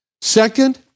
Second